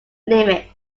limit